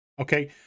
Okay